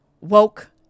woke